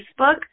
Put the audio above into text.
Facebook